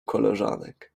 koleżanek